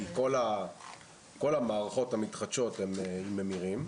כי כל המערכות המתחדשות הן עם ממירים.